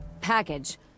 package